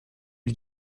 lui